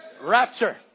Rapture